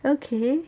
okay